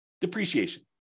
depreciation